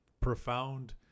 profound